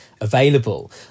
available